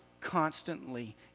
constantly